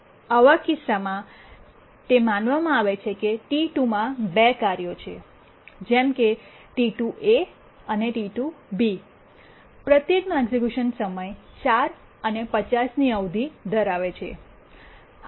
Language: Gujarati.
આવા કિસ્સામાં તે માનવામાં આવે છે કે T2 ટી૨ માં 2 કાર્યો છે જેમ કે T2a ટી૨એ અને T2b ટી૨બી પ્રત્યેક નો એક્ઝેક્યુશન સમય 4 અને 50 ની અવધિ ધરાવે છે